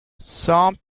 some